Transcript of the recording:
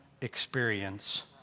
experience